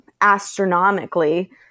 astronomically